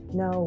no